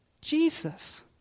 Jesus